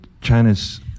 China's